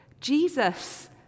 Jesus